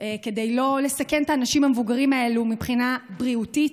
כדי לא לסכן את האנשים המבוגרים האלה מבחינה בריאותית,